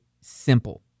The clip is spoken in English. simple